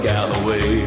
Galloway